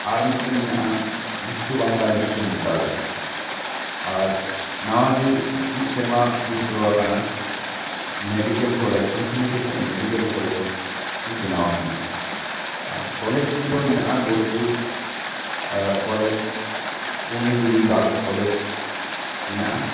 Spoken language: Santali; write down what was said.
ᱟᱨ ᱢᱤᱫᱴᱮᱱ ᱢᱮᱱᱟᱜᱼᱟ ᱵᱤᱥᱥᱚ ᱵᱟᱝᱞᱟ ᱵᱤᱥᱥᱚ ᱵᱤᱫᱽᱫᱟᱞᱚᱭ ᱟᱨ ᱱᱟᱣᱟᱜᱤ ᱢᱤᱫᱥᱮᱨᱢᱟ ᱦᱩᱭ ᱯᱩᱨᱟᱹᱣ ᱟᱠᱟᱱᱟ medical college Santiniketan medical college ᱢᱤᱫᱴᱮᱱ ᱵᱮᱱᱟᱣ ᱟᱠᱟᱱᱟ ᱟᱨ ᱠᱚᱞᱮᱡᱽ ᱠᱚᱫᱚ ᱢᱮᱱᱟᱜᱼᱟ Bolpur college Purnidevi girls college ᱢᱮᱱᱟᱜᱼᱟ